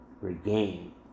Regain